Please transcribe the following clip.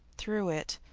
through it,